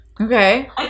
Okay